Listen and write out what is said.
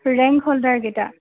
rank holder কেইটা